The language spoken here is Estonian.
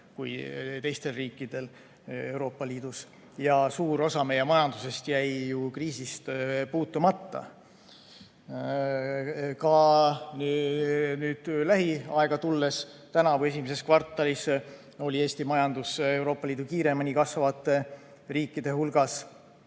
kui teistel riikidel Euroopa Liidus. Suur osa meie majandusest jäi kriisist puutumata. Kui nüüd lähiaega tulla, siis tänavu esimeses kvartalis oli Eesti majandus Euroopa Liidu kõige kiiremini kasvavate riikide hulgas.